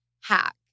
hack